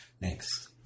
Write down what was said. next